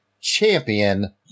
Champion